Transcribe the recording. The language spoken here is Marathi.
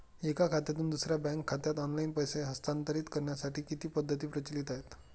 एका खात्यातून दुसऱ्या बँक खात्यात ऑनलाइन पैसे हस्तांतरित करण्यासाठी किती पद्धती प्रचलित आहेत?